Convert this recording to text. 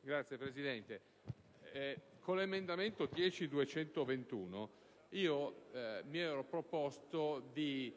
Signor Presidente, con l'emendamento 10.221 mi ero proposto di